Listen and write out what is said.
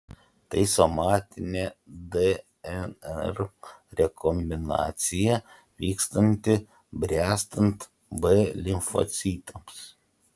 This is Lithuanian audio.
tai somatinė dnr rekombinacija vykstanti bręstant b limfocitams